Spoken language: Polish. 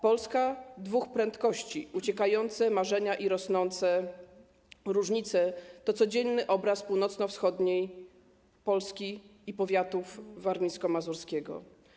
Polska dwóch prędkości - uciekające marzenia i rosnące różnice to codzienny obraz północno-wschodniej Polski i powiatów warmińsko-mazurskiego.